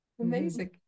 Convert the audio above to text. Amazing